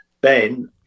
Ben